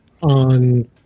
on